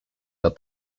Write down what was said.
that